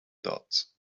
dots